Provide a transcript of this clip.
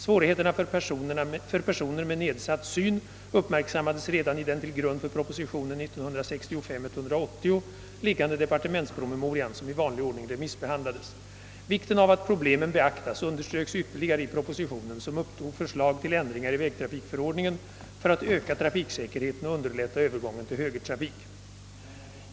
Svårigheterna för personer med nedsatt syn uppmärksammades redan i den till grund för propositionen 1965:180 liggande departementspromemorian, som i vanlig ordning remissbehandlades. Vikten av att problemen beaktas underströks ytterligare i propositionen, som upptog förslag till ändringar i vägtrafikförordningen för att öka trafiksäkerheten och underlätta övergången till högertrafik.